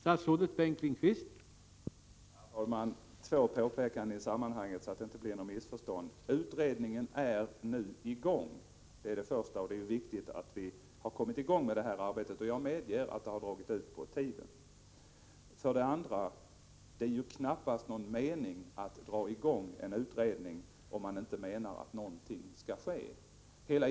Herr talman! Två påpekanden i sammanhanget för att det inte skall bli något missförstånd. För det första: Utredningen är nu i gång och det är ju viktigt att vi kommit i gång med arbetet. Men jag medger att det har dragit ut på tiden. För det andra: Det är knappast någon idé att dra i gång en utredning om man inte menar att någonting skall ske.